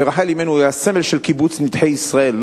ורחל אמנו היא הסמל של קיבוץ נידחי ישראל.